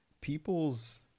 people's